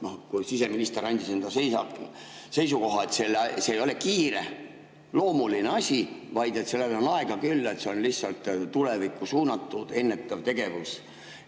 kui siseminister andis teada enda seisukoha, et see ei ole kiireloomuline asi, vaid sellega on aega küll, et see on lihtsalt tulevikku suunatud ennetav tegevus?